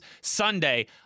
Sunday